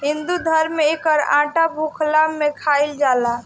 हिंदू धरम में एकर आटा भुखला में खाइल जाला